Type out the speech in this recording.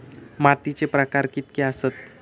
मातीचे प्रकार कितके आसत?